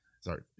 Sorry